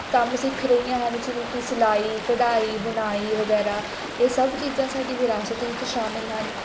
ਕੰਮ ਸਿੱਖ ਰਹੀਆਂ ਹਨ ਜਿਵੇਂ ਕਿ ਸਿਲਾਈ ਕਢਾਈ ਬੁਣਾਈ ਵਗੈਰਾ ਇਹ ਸਭ ਚੀਜ਼ਾਂ ਸਾਡੀ ਵਿਰਾਸਤ ਵਿੱਚ ਸ਼ਾਮਿਲ ਹਨ